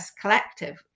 collective